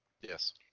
Yes